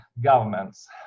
governments